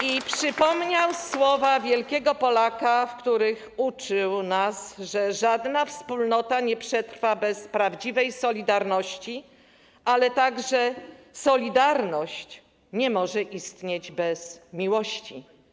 i przypomniał słowa wielkiego Polaka, w których uczył nas, że żadna wspólnota nie przetrwa bez prawdziwej solidarności, ale także solidarność nie może istnieć bez miłości.